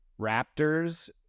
Raptors